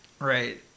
right